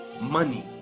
money